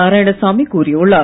நாராயணசாமி கூறியுள்ளார்